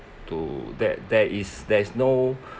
to that there is there is no